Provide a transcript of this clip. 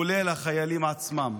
כולל החיילים עצמם.